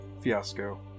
fiasco